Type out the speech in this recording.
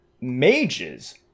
mages